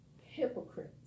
hypocrites